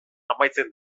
amaitzen